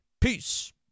Peace